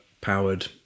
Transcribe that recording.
powered